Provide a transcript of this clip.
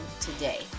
today